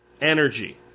energy